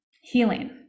healing